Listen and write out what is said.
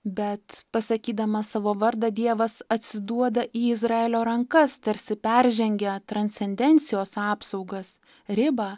bet pasakydamas savo vardą dievas atsiduoda į izraelio rankas tarsi peržengia transcendencijos apsaugas ribą